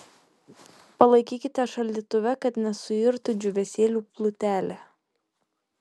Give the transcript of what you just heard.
palaikykite šaldytuve kad nesuirtų džiūvėsėlių plutelė